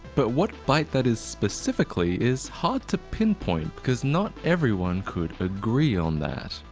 but what byte that is specifically is hard to pinpoint because not everyone could agree on that.